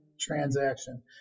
transaction